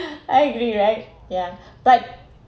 I agree right yeah but